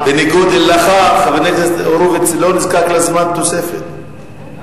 בניגוד אליך חבר הכנסת הורוביץ לא נזקק לתוספת זמן.